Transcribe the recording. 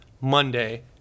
Monday